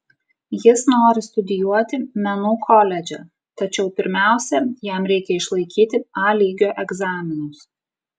jis nori studijuoti menų koledže tačiau pirmiausia jam reikia išlaikyti a lygio egzaminus